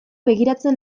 begiratzen